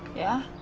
yeah?